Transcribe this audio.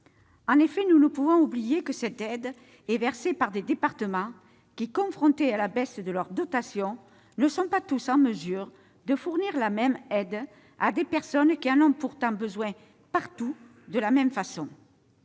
En effet, nous ne pouvons oublier que cette aide est versée par des départements, qui, confrontés à la baisse de leurs dotations, ne sont pas tous en mesure de fournir la même aide à des personnes qui en ont pourtant besoin, partout, de la même façon.